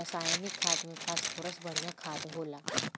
रासायनिक खाद में फॉस्फोरस बढ़िया खाद होला